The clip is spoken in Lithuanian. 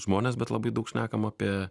žmones bet labai daug šnekam apie